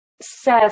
says